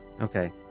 okay